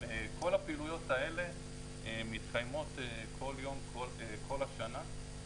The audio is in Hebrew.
כל הפעילויות האלה מתקיימות כל יום כל השנה.